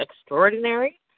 extraordinary